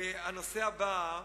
הנושא הבא,